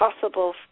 possible